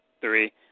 three